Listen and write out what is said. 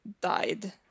died